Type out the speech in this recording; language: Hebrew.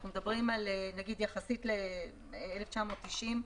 יחסית ל-1990,